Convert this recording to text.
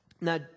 now